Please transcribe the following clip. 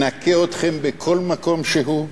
נכה אתכם בכל מקום שהוא,